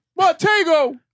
Montego